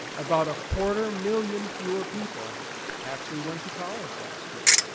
about a quarter million fewer people actually went to college last year,